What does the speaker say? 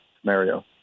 scenario